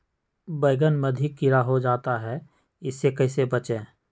बैंगन में अधिक कीड़ा हो जाता हैं इससे कैसे बचे?